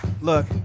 Look